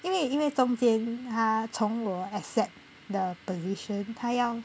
因为因为中间他从我 accept the position 他要